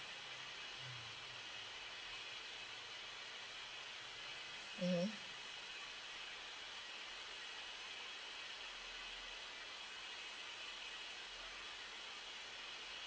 mmhmm